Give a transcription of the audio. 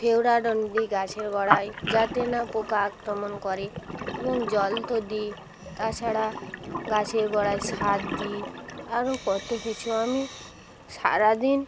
Furadan দিই গাছের গড়ায় যাতে না পোকা আক্রমণ করে এবং জল তো দিই তাছাড়া গাছের গড়ায় সার দিই আরও কতো কিছু আমি সারা দিন